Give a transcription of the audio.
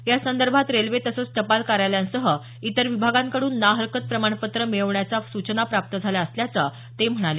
यासंदर्भात रेल्वे तसंच टपाल कार्यालयांसह इतर विभागाकडून ना हरकत प्रमाणपत्रं मिळवण्याच्या सूचना प्राप्त झाल्या असल्याच ते म्हणाले